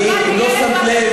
אם לא שמת לב,